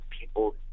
people